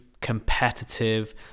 competitive